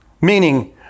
Meaning